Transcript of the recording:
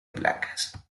placas